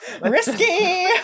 Risky